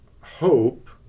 hope